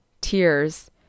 tears